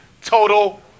Total